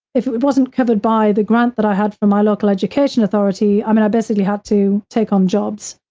it wasn't covered by the grant that i had for my local education authority, i mean, i basically had to take on jobs.